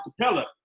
Capella